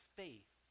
faith